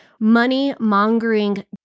Money-mongering